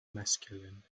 masculine